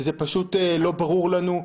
זה פשוט לא ברור לנו.